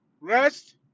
rest